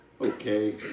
okay